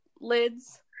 lids